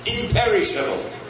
Imperishable